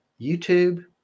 YouTube